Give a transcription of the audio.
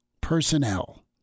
personnel